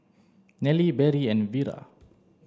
Nellie Berry and Vira